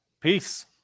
Peace